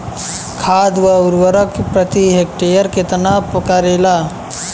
खाद व उर्वरक प्रति हेक्टेयर केतना परेला?